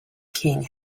king